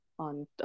on